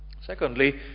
Secondly